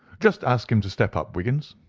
just ask him to step up, wiggins.